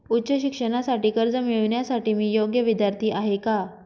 उच्च शिक्षणासाठी कर्ज मिळविण्यासाठी मी योग्य विद्यार्थी आहे का?